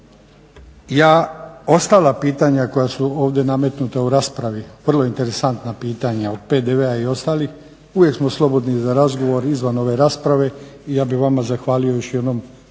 Ja ostala pitanja koja su ovdje nametnuta u raspravi, vrlo interesantna pitanja, od PDV-a i ostalih, uvijek smo slobodni za razgovor izvan ove rasprave i ja bih vama zahvalio još jednom